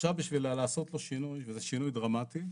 עכשיו בשביל לעשות לו שינוי, וזה שינוי דרמטי,